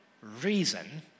reason